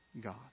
God